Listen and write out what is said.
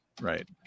right